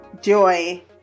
joy